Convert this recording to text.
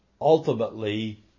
ultimately